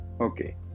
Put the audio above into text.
Okay